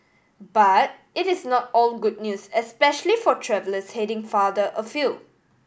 but it is not all good news especially for travellers heading farther afield